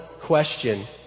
question